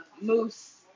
Moose